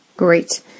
Great